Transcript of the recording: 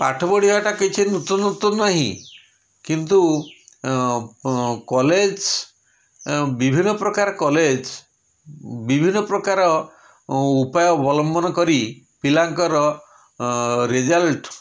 ପାଠ ପଢ଼ିବାଟା କିଛି ନୂତନ ନୂତନ ନାହିଁ କିନ୍ତୁ କଲେଜ୍ ଏବଂ ବିଭିନ୍ନ ପ୍ରକାର କଲେଜ୍ ବିଭିନ୍ନ ପ୍ରକାର ଉପାୟ ଅବଲମ୍ବନ କରି ପିଲାଙ୍କର ରେଜଲ୍ଟ